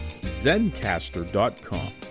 Zencaster.com